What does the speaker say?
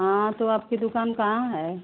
हाँ तो आपकी दुकान कहाँ है